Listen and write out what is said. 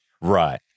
Right